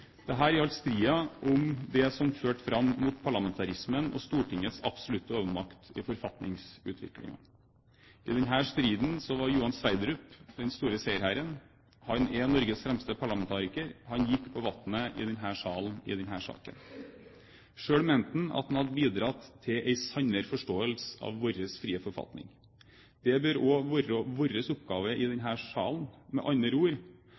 gjaldt striden om det som førte fram mot parlamentarismen og Stortingets absolutte overmakt i forfatningsutviklingen. I denne striden var Johan Sverdrup den store seierherren. Han er Norges fremste parlamentariker, han gikk på vannet i denne salen i denne saken. Selv mente han at han hadde bidratt til en sannere forståelse av vår frie forfatning. Dette bør også være vår oppgave i denne salen. Med andre ord,